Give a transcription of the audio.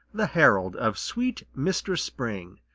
the herald of sweet mistress spring.